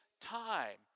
time